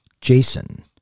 Jason